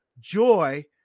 joy